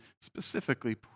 specifically